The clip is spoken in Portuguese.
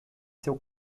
seu